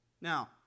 Now